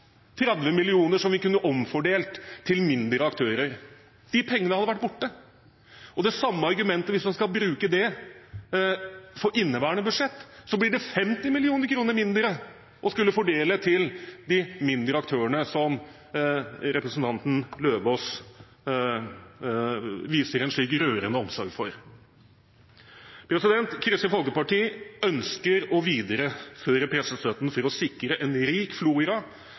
30 mill. kr som vi kunne omfordelt til mindre aktører. De pengene hadde vært borte. Og hvis man skal bruke det samme argumentet for inneværende budsjett, blir det 50 mill. kr mindre å skulle fordele til de mindre aktørene, som representanten Løvaas viser en slik rørende omsorg for. Kristelig Folkeparti ønsker å videreføre pressestøtten for å sikre en rik flora